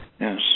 Yes